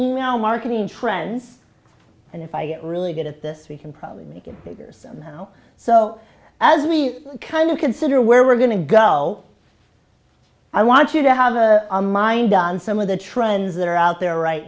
our marketing trends and if i get really good at this we can probably make it big years from now so as we kind of consider where we're going to go i want you to have a mine done some of the trends that are out there right